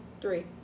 Three